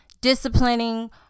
disciplining